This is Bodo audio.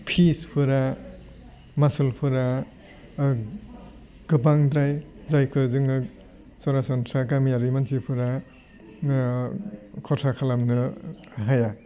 फिसफोरा मासुलफोरा गोबांद्राय जायखौ जोङो सरासन्स्रा गामियारि मानसिफोरा खरसा खालामनो हाया